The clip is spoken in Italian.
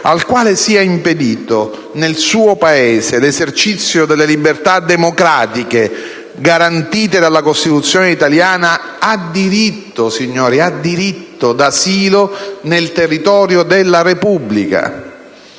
al quale sia impedito nel suo paese l'effettivo esercizio delle libertà democratiche garantite dalla Costituzione italiana, ha diritto» - signori: ha diritto - «d'asilo nel territorio della Repubblica».